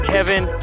Kevin